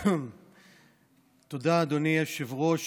תודה, אדוני היושב-ראש.